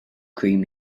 cream